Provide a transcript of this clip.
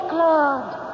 Claude